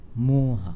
moha